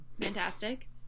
Fantastic